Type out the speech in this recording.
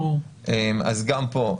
אז גם פה,